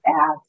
ask